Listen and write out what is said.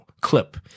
clip